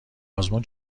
آزمون